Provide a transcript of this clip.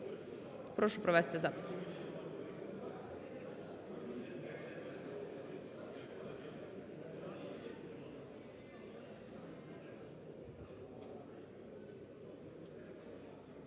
Прошу провести запис.